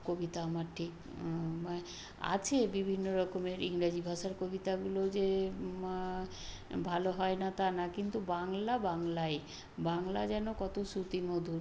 কবিতা আমার ঠিক না আছে বিভিন্ন রকমের ইংরাজি ভাষার কবিতাগুলো যে ভালো হয় না তা না কিন্তু বাংলা বাংলাই বাংলা যেন কত শুতিমধুর